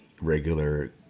regular